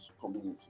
community